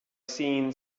seen